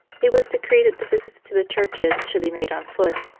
it was decreed that the visits to the churches should be made on foot,